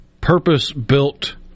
purpose-built